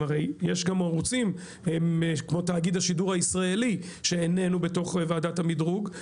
יש ערוצים כמו תאגיד השידור הישראלי שאיננו בתוך ועדת המדרוג,